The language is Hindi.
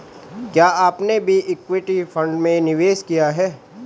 क्या आपने भी इक्विटी फ़ंड में निवेश किया है?